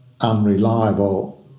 unreliable